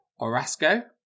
Orasco